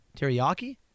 Teriyaki